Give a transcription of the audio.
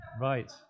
Right